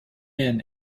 men